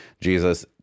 Jesus